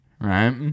right